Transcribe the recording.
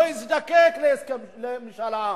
לא הזדקק למשאל עם.